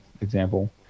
example